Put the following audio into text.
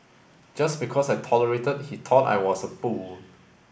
just because I tolerated he thought I was a fool